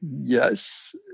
Yes